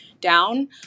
down